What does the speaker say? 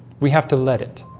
we have to let it